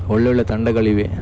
ಒಳ್ಳೊಳ್ಳೆಯ ತಂಡಗಳಿವೆ